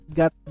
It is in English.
got